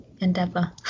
endeavor